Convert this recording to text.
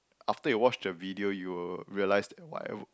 after you watch the video you will realise what that